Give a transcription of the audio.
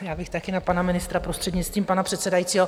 Já bych taky na pana ministra, prostřednictvím pana předsedajícího.